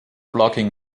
blocking